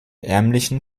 ärmlichen